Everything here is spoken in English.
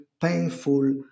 painful